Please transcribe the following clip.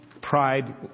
Pride